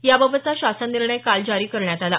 याबाबतचा शासन निर्णय काल जारी करण्यात आला